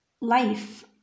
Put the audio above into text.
life